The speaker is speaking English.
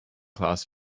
class